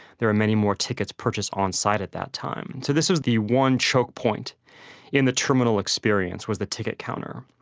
there were many more tickets purchased on site at that time. so this was the one choke point in the terminal experience, was the ticket counter.